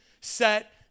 set